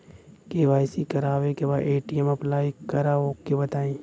KYC करावे के बा ए.टी.एम अप्लाई करा ओके बताई?